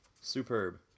Superb